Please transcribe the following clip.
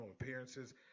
appearances